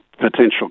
potential